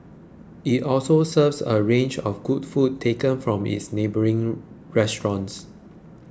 it also serves a range of good food taken from its neighbouring restaurants